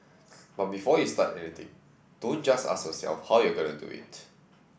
but before you start anything don't just ask yourself how you're going to do it